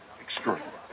extraordinary